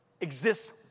exists